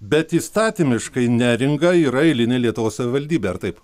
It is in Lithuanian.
bet įstatymiškai neringa yra eilinė lietuvos savivaldybė ar taip